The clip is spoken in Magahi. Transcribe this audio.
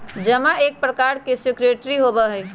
जमा एक प्रकार के सिक्योरिटी होबा हई